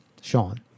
Sean